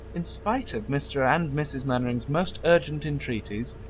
in spite of mr. and mrs. mainwaring's most urgent entreaties,